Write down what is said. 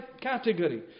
category